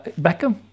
Beckham